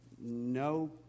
No